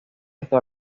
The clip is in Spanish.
esto